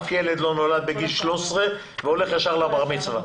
אף ילד לא נולד בגיל 13 והולך ישר לבר מצווה.